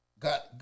Got